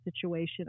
situation